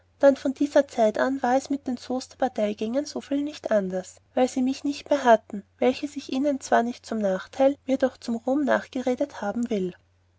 von dieser zeit an war es mit den soester parteigängern soviel als nichts weil sie mich nicht mehr hatten welches ich ihnen zwar nicht zum nachteil noch mir zum ruhm nachgeredet haben will